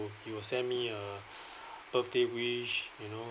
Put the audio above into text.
he will send me a birthday wish you know